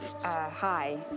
Hi